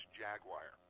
jaguar